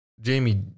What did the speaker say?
jamie